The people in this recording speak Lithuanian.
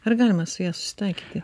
ar galima su ja susitaikyti